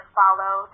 follow